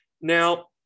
Now